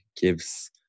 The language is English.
gives